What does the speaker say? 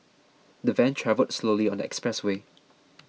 the van travelled slowly on the expressway